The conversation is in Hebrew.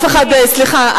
סליחה,